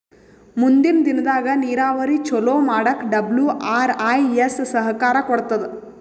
ಮುಂದಿನ್ ದಿನದಾಗ್ ನೀರಾವರಿ ಚೊಲೋ ಮಾಡಕ್ ಡಬ್ಲ್ಯೂ.ಆರ್.ಐ.ಎಸ್ ಸಹಕಾರ್ ಕೊಡ್ತದ್